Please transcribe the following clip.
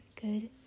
good